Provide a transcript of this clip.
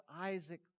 Isaac